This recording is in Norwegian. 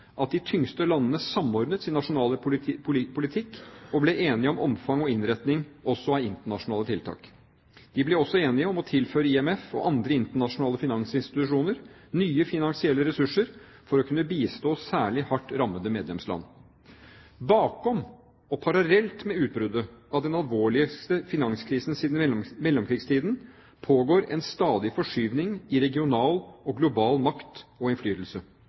at de tyngste landene samordnet sin nasjonale politikk og ble enige om omfang og innretning også når det gjaldt internasjonale tiltak. De ble også enige om å tilføre IMF og andre internasjonale finansinstitusjoner nye finansielle ressurser for å kunne bistå særlig hardt rammede medlemsland. Bakom, og parallelt med utbruddet av den alvorligste finanskrisen siden mellomkrigstiden, pågår en stadig forskyvning i regional og global makt og innflytelse.